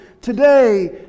today